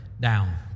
down